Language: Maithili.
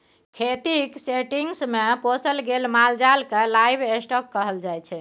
खेतीक सेटिंग्स मे पोसल गेल माल जाल केँ लाइव स्टाँक कहल जाइ छै